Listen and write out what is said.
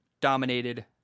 dominated